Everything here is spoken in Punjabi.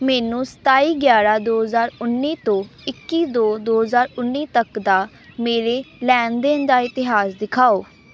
ਮੈਨੂੰ ਸਤਾਈ ਗਿਆਰ੍ਹਾਂ ਦੋ ਹਜ਼ਾਰ ਉੱਨੀ ਤੋਂ ਇੱਕੀ ਦੋ ਦੋ ਹਜ਼ਾਰ ਉੱਨੀ ਤੱਕ ਦਾ ਮੇਰੇ ਲੈਣ ਦੇਣ ਦਾ ਇਤਿਹਾਸ ਦਿਖਾਓ